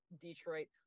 detroit